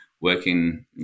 working